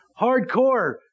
Hardcore